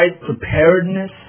preparedness